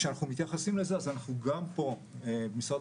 משאבים ותקציבים,